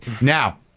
now